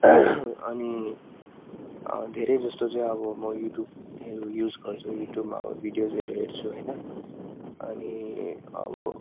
अनि धेरै जस्तो चाहिँ अब म युट्युबहरू युज गर्छु युट्युबमा अब भिडियोजहरू हेर्छु होइन अनि अब